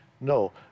No